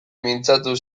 mintzatu